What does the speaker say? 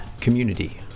community